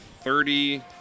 thirty